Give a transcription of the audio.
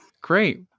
Great